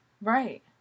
Right